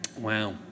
Wow